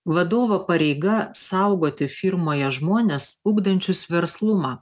vadovo pareiga saugoti firmoje žmones ugdančius verslumą